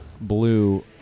blue